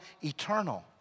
eternal